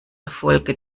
erfolge